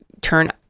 turn